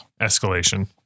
Escalation